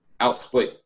outsplit